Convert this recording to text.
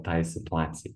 tai situacijai